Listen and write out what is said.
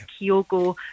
Kyogo